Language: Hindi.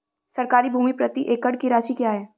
सरकारी भूमि प्रति एकड़ की राशि क्या है?